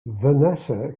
vanessa